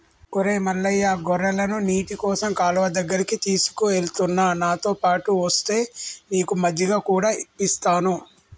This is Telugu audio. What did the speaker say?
ఒరై మల్లయ్య గొర్రెలను నీటికోసం కాలువ దగ్గరికి తీసుకుఎలుతున్న నాతోపాటు ఒస్తే నీకు మజ్జిగ కూడా ఇప్పిస్తాను